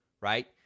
right